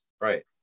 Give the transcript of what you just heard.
right